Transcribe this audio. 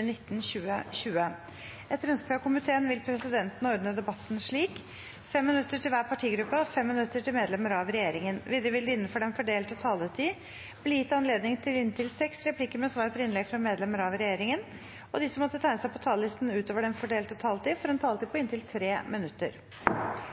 nr. 7. Etter ønske fra helse- og omsorgskomiteen vil presidenten ordne debatten på følgende måte: 3 minutter til hver partigruppe og 3 minutter til medlemmer av regjeringen. Videre vil det – innenfor den fordelte taletid – bli gitt anledning til replikkordskifte på inntil seks replikker med svar etter innlegg fra medlemmer av regjeringen, og de som måtte tegne seg på talerlisten utover den fordelte taletid, får også en taletid på inntil 3 minutter.